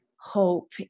hope